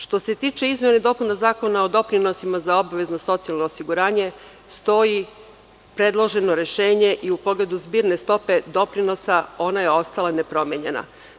Što se tiče izmena i dopuna Zakona o doprinosima za obavezno socijalno osiguranje, stoji predloženo rešenje i u pogledu zbirne stope doprinosa ona je ostala nepromenjena.